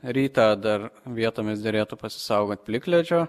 rytą dar vietomis derėtų pasisaugot plikledžio